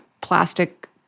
plastic